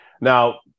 Now